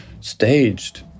staged